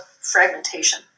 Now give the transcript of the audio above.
fragmentation